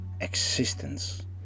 existence